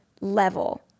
level